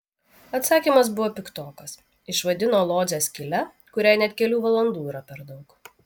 atsakymas buvo piktokas išvadino lodzę skyle kuriai net kelių valandų yra per daug